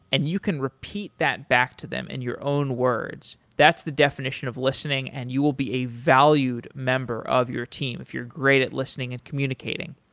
and you can repeat that back to them in and your own words. that's the definition of listening and you will be a valued member of your team, if you're great at listening and communicating